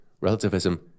relativism